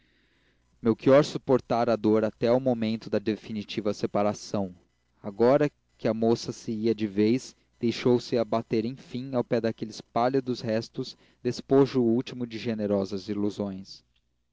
úmidos melchior suportara a dor até ao momento da definitiva separação agora que a moça se ia de vez deixou-se abater enfim ao pé daqueles pálidos restos despojo último de generosas ilusões